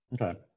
Okay